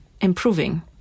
improving